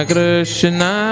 Krishna